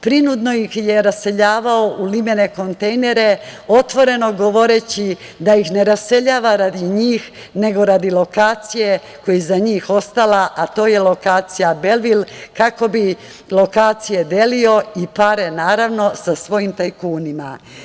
Prinudno ih je raseljavao u limene kontejnere, otvoreno govoreći da ih ne raseljava radi njih, nego radi lokacije koja je iza njih ostala, a to je lokacija „Belvil“, kako bi lokacije delio i pare naravno sa svojim tajkunima.